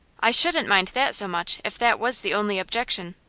i shouldn't mind that so much, if that was the only objection.